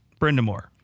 Brendamore